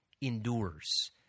endures